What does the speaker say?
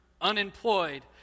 unemployed